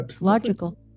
logical